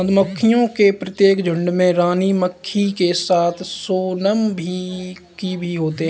मधुमक्खियों के प्रत्येक झुंड में रानी मक्खी के साथ सोनम की भी होते हैं